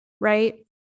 Right